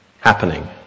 happening